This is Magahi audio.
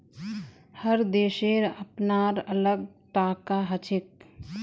हर देशेर अपनार अलग टाका हछेक